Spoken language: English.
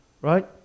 Right